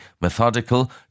methodical